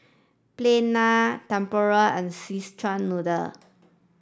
plain naan Tempoyak and Szechuan noodle